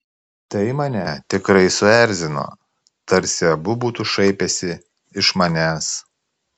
tai mane tikrai suerzino tarsi abu būtų šaipęsi iš manęs